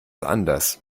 anders